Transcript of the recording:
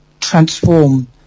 transform